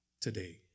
today